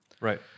Right